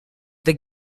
this